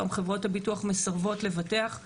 היום חברות הביטוח מסרבות לבטח.